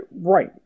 Right